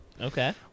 Okay